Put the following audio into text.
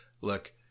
look